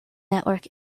network